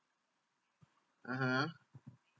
mmhmm